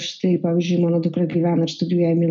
štai pavyzdžiui mano dukra gyvena ir studijuoja du į